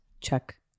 check